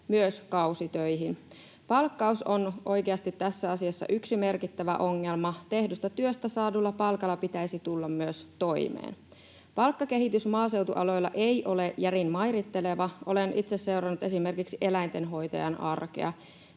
myös kausitöihin. Palkkaus on oikeasti tässä asiassa yksi merkittävä ongelma. Tehdystä työstä saadulla palkalla pitäisi tulla myös toimeen. Palkkakehitys maaseutualoilla ei ole järin mairitteleva. Olen itse seurannut esimerkiksi eläintenhoitajan arkea.